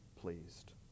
pleased